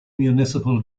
municipal